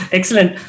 Excellent